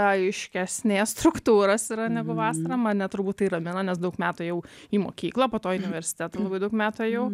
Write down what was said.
aiškesnės struktūros yra negu vasara mane turbūt tai ramina nes daug metų ėjau į mokyklą po to į universitetą labai daug metų ėjau